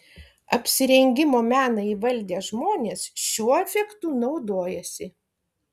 apsirengimo meną įvaldę žmonės šiuo efektu naudojasi